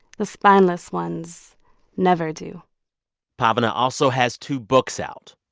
the spineless ones never do pavana also has two books out.